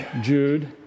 Jude